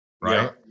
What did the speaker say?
right